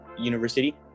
university